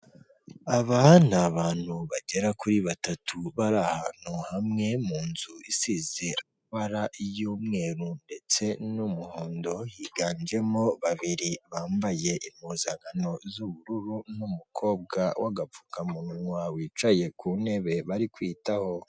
Aba ni abantu bagera kuri batatu bari ahantu hamwe mu nzu isize ibara ry'umweru ndetse n'umuhondo, higanjemo babiri bambaye impuzankano z'ubururu n'umukobwa w'agapfukamunwa wicaye ku ntebe bari kwitaho.